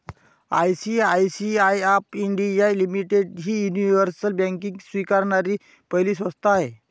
ICICI of India limited ही universal banking स्वीकारणारी पहिली संस्था आहे